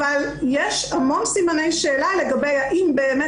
אבל יש המון סימני שאלה לגבי האם באמת